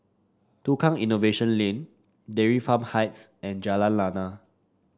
Tukang Innovation Lane Dairy Farm Heights and Jalan Lana